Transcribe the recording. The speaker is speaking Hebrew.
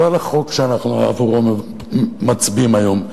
לא על החוק שעבורו אנחנו מצביעים היום,